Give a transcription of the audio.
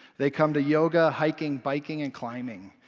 they come to yoga, hiking, biking and climbing.